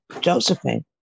Josephine